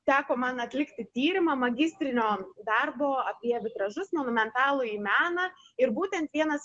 teko man atlikti tyrimą magistrinio darbo apie vitražus monumentalųjį meną ir būtent vienas